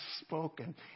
spoken